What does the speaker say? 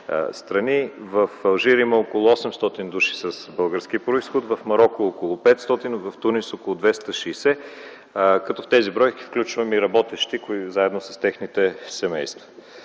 в Алжир има около 800 души с български произход; в Мароко – около 500; в Тунис – около 260, като в тези бройки включвам и работещи, заедно с техните семейства.